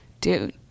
dude